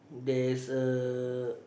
there's a